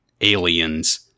aliens